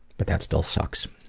but that still sucks.